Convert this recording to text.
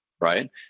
Right